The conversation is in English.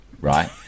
right